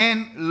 אין,